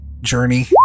journey